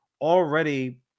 already